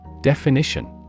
Definition